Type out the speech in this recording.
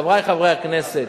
חברי חברי הכנסת,